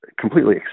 completely